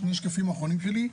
שני שקפים אחרונים שלי.